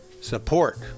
support